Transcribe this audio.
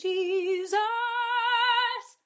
Jesus